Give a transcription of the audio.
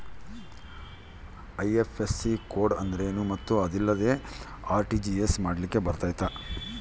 IFSC code ಅಂದ್ರೇನು ಮತ್ತು ಅದಿಲ್ಲದೆ ಆರ್.ಟಿ.ಜಿ.ಎಸ್ ಮಾಡ್ಲಿಕ್ಕೆ ಬರ್ತೈತಾ?